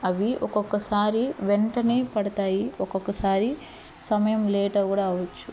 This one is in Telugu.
అవి ఒకొక్కసారి వెంటనే పడతాయి ఒకొక్కసారి సమయం లేట్ కూడా అవ్వొచ్చు